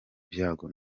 byago